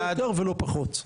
לא יותר ולא פחות.